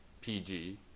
PG